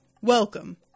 welcome